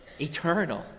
eternal